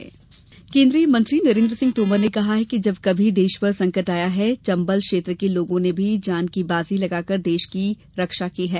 तोमर चंबल केन्द्रीय मंत्री नरेन्द्र सिंह तोमर ने कहा कि जब कभी देश पर संकट आया है चंबल क्षेत्र के लोगों ने भी जान की बाजी लगाकर देश की रक्षा की है